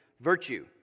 Virtue